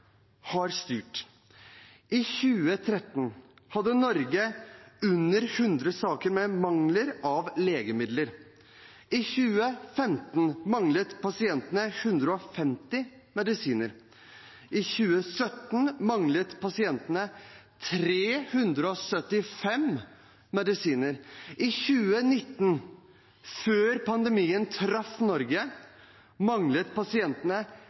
har styrt? I 2013 hadde Norge under 100 saker om mangel på legemidler. I 2015 manglet pasientene 150 medisiner, i 2017 manglet 375 medisiner, og i 2019, før pandemien traff Norge, manglet pasientene